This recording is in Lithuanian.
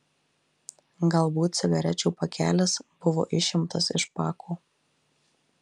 galbūt cigarečių pakelis buvo išimtas iš pako